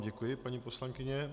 Děkuji vám, paní poslankyně.